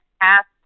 ask